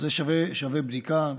זה שווה בדיקה,